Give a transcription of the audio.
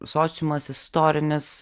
sociumas istorinis